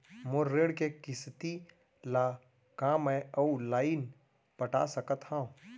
मोर ऋण के किसती ला का मैं अऊ लाइन पटा सकत हव?